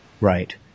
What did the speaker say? Right